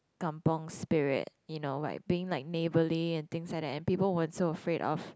kampung spirit you know like being like neighbourly and things like that and people weren't so afraid of